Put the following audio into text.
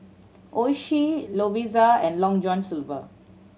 Oishi Lovisa and Long John Silver